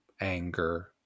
anger